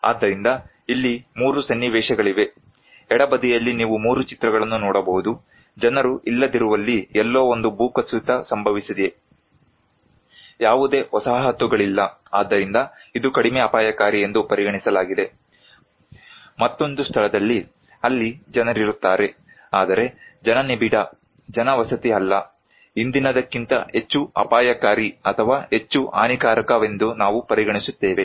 ಆದ್ದರಿಂದ ಇಲ್ಲಿ 3 ಸನ್ನಿವೇಶಗಳಿವೆ ಎಡಬದಿಯಲ್ಲಿ ನೀವು 3 ಚಿತ್ರಗಳನ್ನು ನೋಡಬಹುದು ಜನರು ಇಲ್ಲದಿರುವಲ್ಲಿ ಎಲ್ಲೋ ಒಂದು ಭೂಕುಸಿತ ಸಂಭವಿಸಿದೆ ಯಾವುದೇ ವಸಾಹತುಗಳಿಲ್ಲ ಆದ್ದರಿಂದ ಇದು ಕಡಿಮೆ ಅಪಾಯಕಾರಿ ಎಂದು ಪರಿಗಣಿಸಲಾಗಿದೆ ಮತ್ತೊಂದು ಸ್ಥಳದಲ್ಲಿ ಅಲ್ಲಿ ಜನರಿರುತ್ತಾರೆ ಆದರೆ ಜನನಿಬಿಡ ಜನವಸತಿ ಅಲ್ಲ ಹಿಂದಿನದಕ್ಕಿಂತ ಹೆಚ್ಚು ಅಪಾಯಕಾರಿ ಅಥವಾ ಹೆಚ್ಚು ಹಾನಿಕಾರಕವೆಂದು ನಾವು ಪರಿಗಣಿಸುತ್ತೇವೆ